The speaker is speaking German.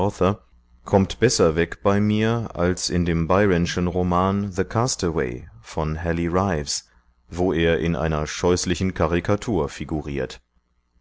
kommt besser weg bei mir als in dem byronschen roman the castaway von hallie rives wo er in einer scheußlichen karikatur